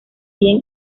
bien